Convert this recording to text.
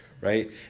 Right